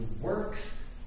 works